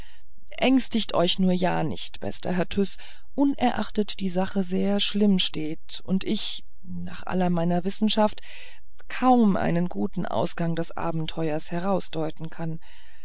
ängstigt euch nur ja nicht bester herr tyß unerachtet die sache sehr schlimm steht und ich nach aller meiner wissenschaft kaum einen guten ausgang des abenteuers herausdeuten kann